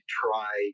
try